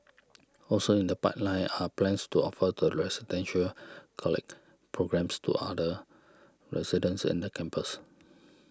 also in the pipeline are plans to offer the Residential College programmes to other residences in the campus